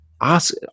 ask